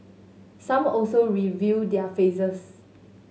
some also reveal their faces